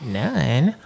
none